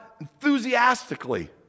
enthusiastically